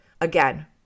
Again